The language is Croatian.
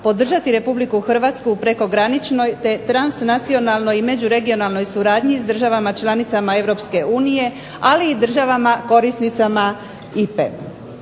podržati RH u prekograničnoj te transnacionalnoj i međuregionalnoj suradnji s državama članicama EU, ali i državama korisnicama IPA-e.